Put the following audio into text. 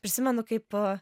prisimenu kaip